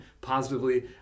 positively